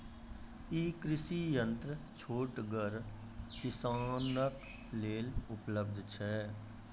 ई कृषि यंत्र छोटगर किसानक लेल उपलव्ध छै?